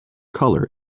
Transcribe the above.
colour